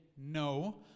No